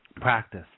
practice